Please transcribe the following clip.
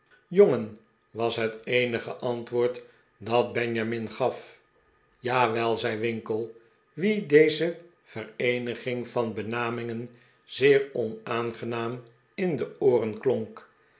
jongen was het eenige antwoord dat benjamin gaf jawel zei winkle wien deze vereeniging van benamingen zeer onaangenaam in de ooren klonk